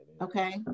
Okay